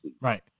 Right